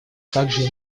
также